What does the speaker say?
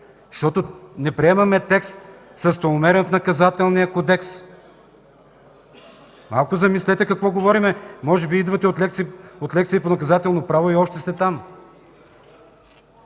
защото не приемаме текст с промени в Наказателния кодекс. Малко помислете за какво говорим. Може би идвате от лекция по Наказателно право, и още сте там.